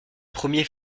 premier